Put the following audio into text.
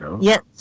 Yes